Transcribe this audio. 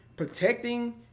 protecting